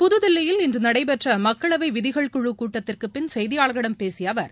புதுதில்லியில் இன்று நடைபெற்ற மக்களவை விதிகள் குழு கூட்டத்திற்குபின் செய்தியாளர்களிடம் பேசிய அவர்